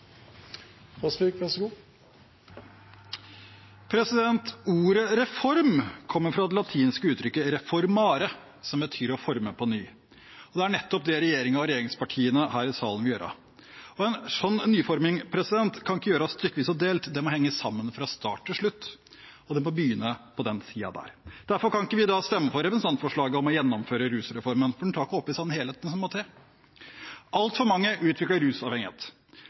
det latinske uttrykket «reformare», som betyr å forme på ny. Det er nettopp det regjeringen og regjeringspartiene her i salen vil gjøre. En slik nyforming kan ikke gjøres stykkevis og delt, det må henge sammen fra start til slutt, og det må begynne på den siden. Derfor kan ikke vi stemme for representantforslaget om å gjennomføre rusreformen, for den tar ikke opp i seg den helheten som må til. Altfor mange utvikler rusavhengighet.